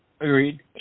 Agreed